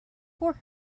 for